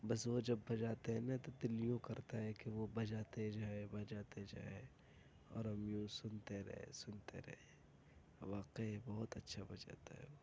بس وہ جب بجاتے ہیں نا تو دل یوں کرتا ہے کہ وہ بجاتے جائیں بجاتے جائیں اور ہم یوں سنتے رہیں سنتے رہیں واقعی بہت اچھا بجاتا ہے وہ